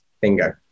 bingo